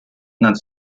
над